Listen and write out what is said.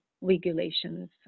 regulations